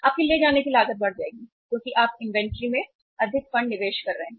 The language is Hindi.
आपकी ले जाने की लागत बढ़ जाएगी क्योंकि आप इन्वेंट्री में अधिक फंड निवेश कर रहे हैं